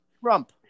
Trump